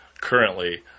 currently